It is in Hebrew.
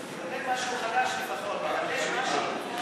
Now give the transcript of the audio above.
תדבר משהו חדש, תחדש משהו.